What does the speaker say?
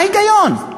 מה ההיגיון?